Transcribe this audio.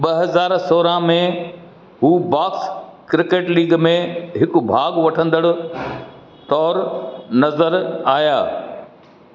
ॿ हज़ार सोरहं में हू बॉक्स क्रिकेट लीग में हिक भाग वठंदड़ तौरु नज़र आया